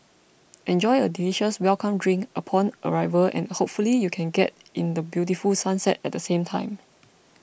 enjoy a delicious welcome drink upon arrival and hopefully you can get in the beautiful sunset at the same time